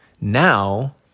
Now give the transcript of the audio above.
Now